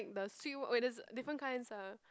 the sweet wait there's different kinds ah